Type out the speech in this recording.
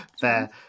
Fair